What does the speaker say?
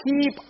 keep